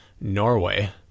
Norway